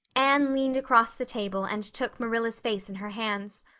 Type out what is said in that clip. anne leaned across the table and took marilla's face in her hands.